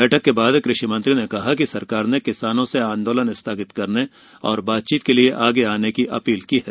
बैठक के बाद कृषि मंत्री ने कहा कि सरकार ने किसानों से आंदोलन स्थगित करने और बातचीत के लिए आगे आने की अपील की है